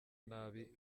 nabi